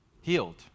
healed